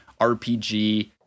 RPG